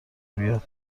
بیاد